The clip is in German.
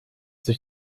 sich